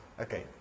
okay